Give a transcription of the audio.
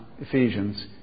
Ephesians